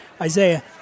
Isaiah